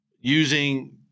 using –